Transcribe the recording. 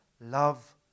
love